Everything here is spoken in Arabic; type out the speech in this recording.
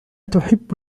تحب